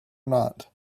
not